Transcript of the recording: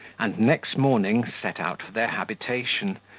and next morning, set out for their habitation,